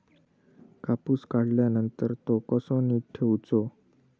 कापूस काढल्यानंतर तो कसो नीट ठेवूचो?